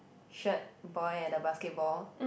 shirt boy and the basketball